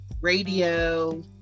radio